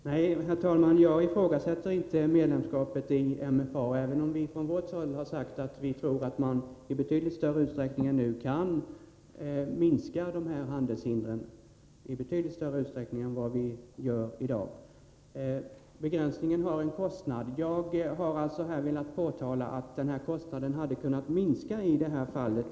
Herr talman! Jag ifrågasätter inte medlemskapet i MFA, även om vi från vårt håll har sagt att vi tror att man skall minska de här handelshindren i betydligt större utsträckning än vi gör i dag. Begränsningen har en kostnad. Jag har här velat påtala att den kostnaden skulle kunna minskas i detta fall.